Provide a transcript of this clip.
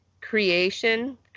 creation